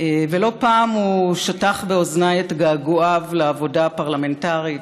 ולא פעם הוא שטח באוזניי את געגועיו לעבודה הפרלמנטרית,